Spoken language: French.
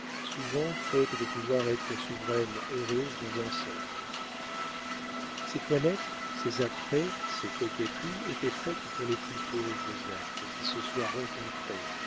souvent faute de pouvoir être souveraine heureuse dans un seul ces toilettes ces apprêts ces coquetteries étaient faites pour les plus pauvres êtres qui se soient rencontrés